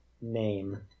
name